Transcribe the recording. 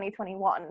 2021